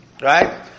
right